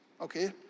Okay